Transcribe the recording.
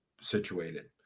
situated